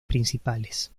principales